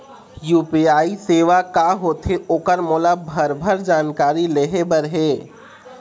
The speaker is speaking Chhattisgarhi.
यू.पी.आई सेवा का होथे ओकर मोला भरभर जानकारी लेहे बर हे?